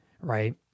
right